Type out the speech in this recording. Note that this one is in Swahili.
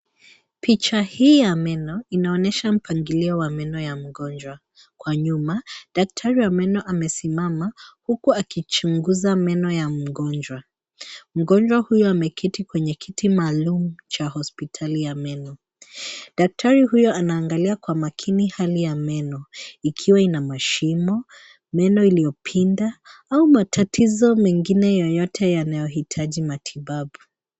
Picha hii ya meno, inaonesha mpangilio wa meno ya mgonjwa kwa nyuma. Daktari wa meno amesimama, huku akichunguza meno ya mgonjwa. Mgonjwa huyo ameketi kwenye kiti maalumu cha hospitali ya meno, daktari huyo anaangalia kwa makini hali ya meno, ikiwa ina mashimo, meno iliyopinda, au matatizo mengine yoyote yanayohitaji matibabu.